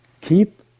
Keep